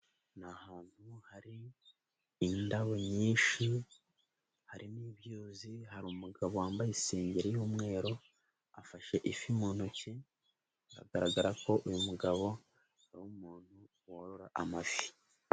Ni ahantu hari indabo nyinshi hari n'ibyuzi, hari umugabo wambaye isengeri y'umweru afashe ifi mu ntoki biragaragara ko uyu mugabo ari umuntu worora amafi.